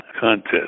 contest